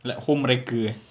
like home wrecker eh